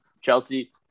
Chelsea